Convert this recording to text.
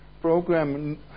program